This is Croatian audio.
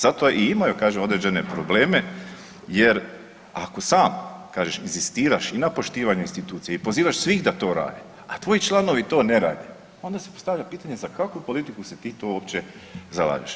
Zato i imaju kažem određene probleme jer ako sam kažeš i inzistiraš i na poštivanju institucija i pozivaš svih da to rade, a tvoji članovi to ne rade onda se postavlja pitanje za kakvu politiku se ti to uopće zalažeš.